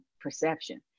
perception